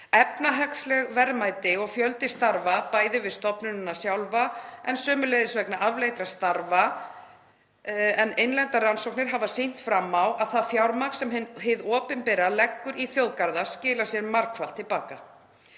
efnahagsleg verðmæti og fjölda starfa bæði við stofnanirnar sjálfar og vegna afleiddra starfa, en innlendar rannsóknir hafa sýnt fram á að það fjármagn sem hið opinbera leggur í þjóðgarða skilar sér margfalt til baka.